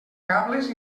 cables